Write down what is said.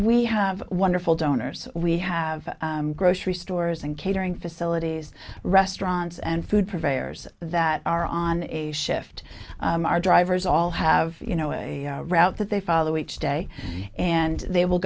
we have wonderful donors we have grocery stores and catering facilities restaurants and food purveyors that are on a shift our drivers all have you know a route that they follow each day and they will